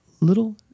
little